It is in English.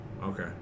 okay